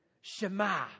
Shema